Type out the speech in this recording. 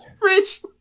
Rich